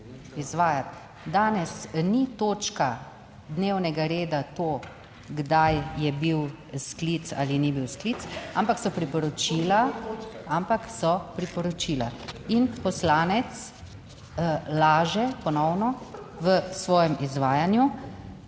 Danes ni točka dnevnega reda to, kdaj je bil sklic ali ni bil sklic, ampak so priporočila ampak so priporočila in poslanec laže ponovno v svojem izvajanju